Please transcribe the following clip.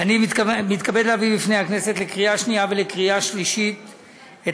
אני מתכבד להביא בפני הכנסת לקריאה שנייה ולקריאה שלישית את